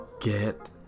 get